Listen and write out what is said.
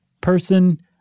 person